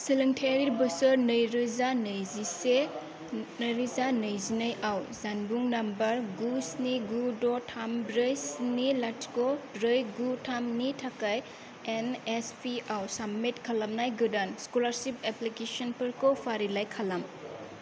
सोलोंथायारि बोसोर नैरोजा नैजिसे नैरोजा नैजिनैआव जानबुं नम्बर गु स्नि गु द' थाम ब्रै स्नि लाथिख' ब्रै गु थामनि थाखाय एन एस पि आव साबमिट खालामनाय गोदान स्क'लारशिप एप्लिकेसनफोरखौ फारिलाइ खालाम